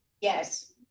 Yes